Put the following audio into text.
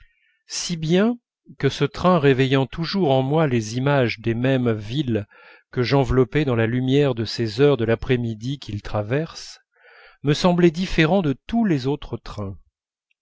si bien que ce train réveillant toujours en moi les images des mêmes villes que j'enveloppais dans la lumière de ces heures de l'après-midi qu'il traverse me semblait différent de tous les autres trains